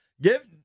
Give